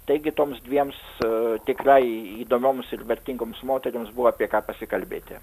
taigi toms dviem su tikrai įdomioms ir vertingoms moterims buvo apie ką pasikalbėti